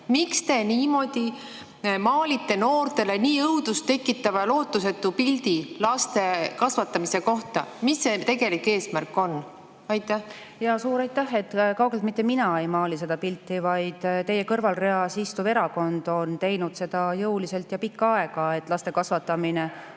Miks te niimoodi maalite noortele õudust tekitava, lootusetu pildi laste kasvatamisest? Mis see tegelik eesmärk on? Suur aitäh! Kaugeltki mitte mina ei maali seda pilti, vaid teie kõrvalreas istuv erakond on teinud seda jõuliselt ja pikka aega. Laste kasvatamine ...